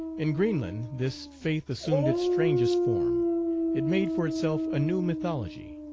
in greenland this faith assumed its strangest form it made for itself a new mythology.